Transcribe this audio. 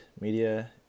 media